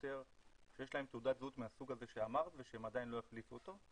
יותר שיש להם תעודת זהות מהסוג הזה שאמרת ושהם עדיין לא החליפו אותו.